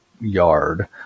yard